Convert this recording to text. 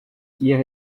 qu’hier